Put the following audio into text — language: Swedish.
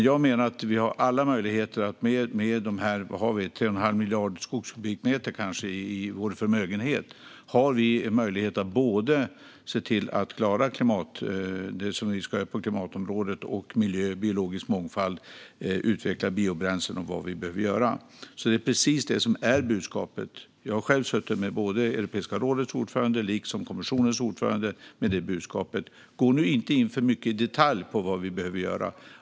Jag menar att vi har alla möjligheter att med de 3,5 miljarderna skogskubikmeter i vår förmögenhet klara det vi ska göra både på klimatområdet och för miljön och den biologiska mångfalden - utveckla biobränslen och vad det är vi behöver göra. Det är precis det som är budskapet. Jag har själv suttit med både Europeiska rådets och kommissionens ordförande med detta budskap. Gå nu inte in för mycket i detalj på vad vi behöver göra!